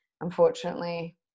unfortunately